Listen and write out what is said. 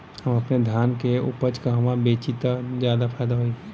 हम अपने धान के उपज कहवा बेंचि त ज्यादा फैदा होई?